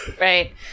right